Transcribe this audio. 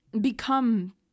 become